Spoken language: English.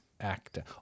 actor